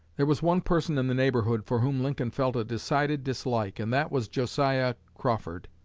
there was one person in the neighborhood for whom lincoln felt a decided dislike, and that was josiah crawford,